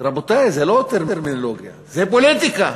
רבותי, זה לא טרמינולוגיה, זה פוליטיקה.